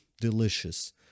delicious